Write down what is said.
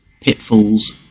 pitfalls